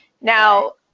now